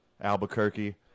Albuquerque